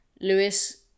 Lewis